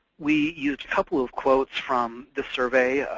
we used a couple of quotes from this survey.